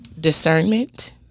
Discernment